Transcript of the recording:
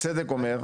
הצדק אומר,